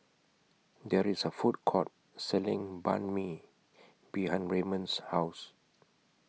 There IS A Food Court Selling Banh MI behind Rayburn's House